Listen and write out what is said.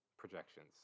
projections